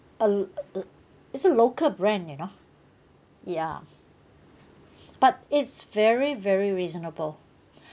a l~ l~ it's a local brand you know yeah but it's very very reasonable